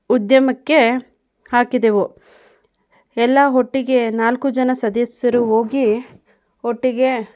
ಉದ್ಯಮಕ್ಕೆ ಹಾಕಿದೆವು ಎಲ್ಲ ಒಟ್ಟಿಗೆ ನಾಲ್ಕು ಜನ ಸದಸ್ಯರು ಹೋಗಿ ಒಟ್ಟಿಗೆ